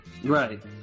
Right